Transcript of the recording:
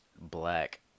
black